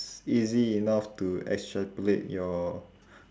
easy enough to extrapolate your